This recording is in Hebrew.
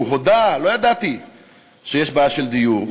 שהוא הודה: לא ידעתי שיש בעיה של דיור,